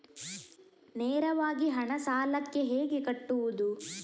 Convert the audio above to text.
ನೇರವಾಗಿ ಹಣ ಸಾಲಕ್ಕೆ ಹೇಗೆ ಕಟ್ಟುವುದು?